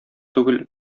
түгел